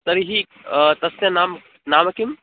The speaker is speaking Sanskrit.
तर्हि तस्य नाम नाम किम्